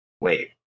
wait